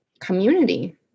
community